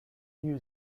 new